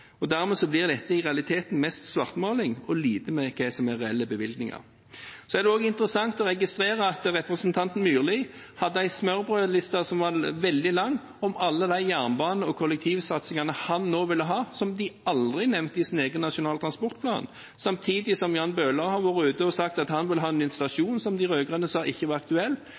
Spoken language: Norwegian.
Dermed blir dette i realiteten mest svartmaling og har lite å gjøre med hva som er reelle bevilgninger. Så er det også interessant å registrere at representanten Myrli hadde en smørbrødliste som var veldig lang, med alle de jernbane- og kollektivsatsingene han nå ville ha, som de aldri nevnte i sin egen Nasjonal transportplan, samtidig som Jan Bøhler har vært ute og sagt at han vil ha en stasjon som de rød-grønne sa ikke var aktuell.